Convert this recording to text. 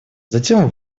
затем